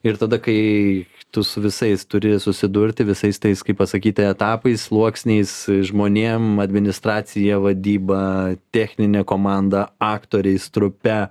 ir tada kai tu su visais turi susidurti visais tais kaip pasakyti etapais sluoksniais žmonėm administracija vadyba techninė komanda aktoriais trupe